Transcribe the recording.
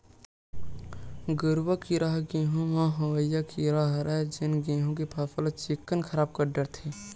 गरुआ कीरा ह गहूँ म होवइया कीरा हरय जेन गेहू के फसल ल चिक्कन खराब कर डरथे